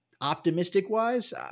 optimistic-wise